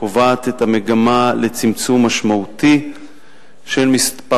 קובעת את המגמה לצמצום משמעותי של מספר